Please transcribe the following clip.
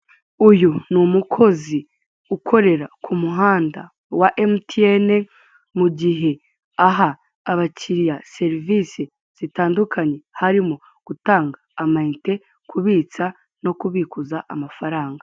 Uyu ni umukozi ukorera ku muhanda wa MTN mu gihe aha abakiriya serivisi zitandukanye harimo gutanga amayinite, kubitsa no kubikuza amafaranga.